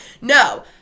No